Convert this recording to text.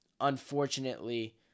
unfortunately